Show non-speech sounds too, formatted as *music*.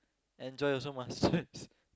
enjoy also must stress *laughs*